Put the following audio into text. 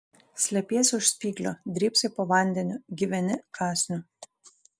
slepiesi už spyglio drybsai po vandeniu gyveni kąsniu